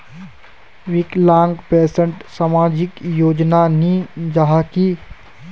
विकलांग पेंशन सामाजिक योजना नी जाहा की?